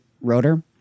rotor